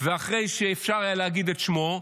ואחרי שאפשר היה להגיד את שמו,